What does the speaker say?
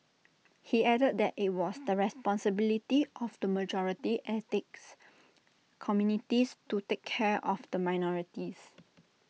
he added that IT was the responsibility of the majority ethnics communities to take care of the minorities